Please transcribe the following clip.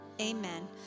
amen